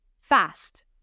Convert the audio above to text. fast